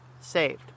saved